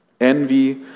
Envy